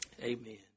amen